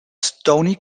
stoney